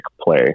play